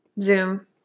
zoom